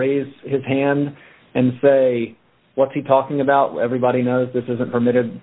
raise his hand and say what's he talking about everybody knows this isn't permitted